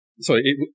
sorry